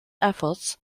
efforts